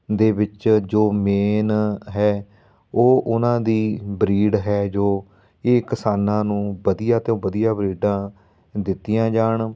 ਦੇ ਵਿੱਚ ਜੋ ਮੇਨ ਹੈ ਉਹ ਉਹਨਾਂ ਦੀ ਬਰੀਡ ਹੈ ਜੋ ਇਹ ਕਿਸਾਨਾਂ ਨੂੰ ਵਧੀਆ ਤੋਂ ਵਧੀਆ ਬਰੀਡਾਂ ਦਿੱਤੀਆਂ ਜਾਣ